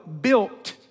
built